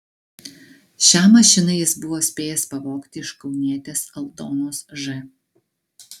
šią mašiną jis buvo spėjęs pavogti iš kaunietės aldonos ž